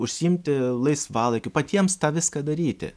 užsiimti laisvalaikiu patiems tą viską daryti